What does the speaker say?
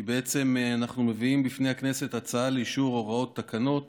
כי בעצם אנחנו מביאים בפני הכנסת הצעה לאישור הוראות תקנות